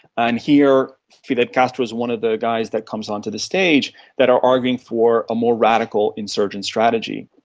and here fidel castro is one of the guys that comes onto the stage that are arguing for a more radical insurgent strategy.